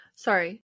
Sorry